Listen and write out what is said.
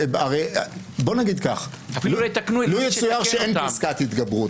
בוא נגיד כך: לו יצויר שאין פסקת התגברות,